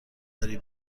داری